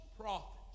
prophets